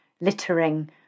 littering